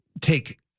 take